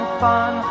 fun